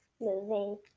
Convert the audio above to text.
moving